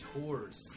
Tours